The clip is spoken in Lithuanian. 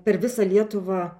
per visą lietuvą